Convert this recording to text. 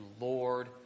Lord